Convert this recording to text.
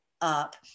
up